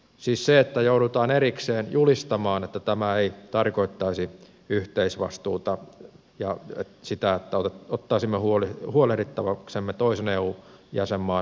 siis joudutaan erikseen julistamaan että tämä ei tarkoittaisi yhteisvastuuta ja sitä että ottaisimme huolehdittavaksemme toisen eu jäsenmaan taloudellisia vastuita